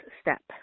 step